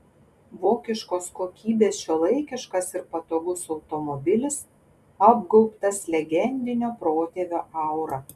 vokiškos kokybės šiuolaikiškas ir patogus automobilis apgaubtas legendinio protėvio aura